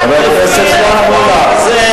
בסדר.